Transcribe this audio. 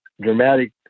dramatic